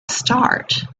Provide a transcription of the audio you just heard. start